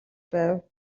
байв